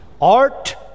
art